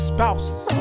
Spouses